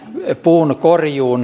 vyö puuna korjuun